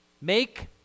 Make